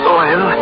oil